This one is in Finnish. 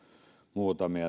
muutamia